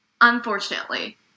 Unfortunately